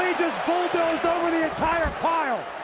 just bulldozed over the entire pile.